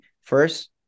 first